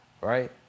right